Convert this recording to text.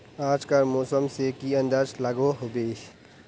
आज कार मौसम से की अंदाज लागोहो होबे?